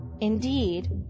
indeed